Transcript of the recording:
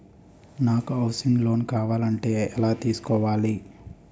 నాకు housing loan కావాలంటే ఎలా తీసుకోవాలి?